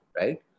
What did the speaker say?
right